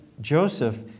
Joseph